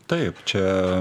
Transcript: taip čia